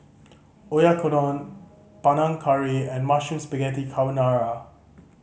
Oyakodon Panang Curry and Mushroom Spaghetti Carbonara